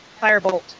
Firebolt